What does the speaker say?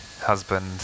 husband